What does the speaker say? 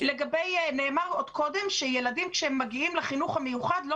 נאמר קודם שילדים שמגיעים לחינוך הרגיל לא